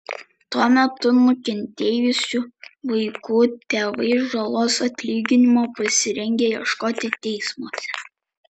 tuo metu nukentėjusių vaikų tėvai žalos atlyginimo pasirengę ieškoti teismuose